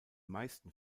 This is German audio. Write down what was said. meisten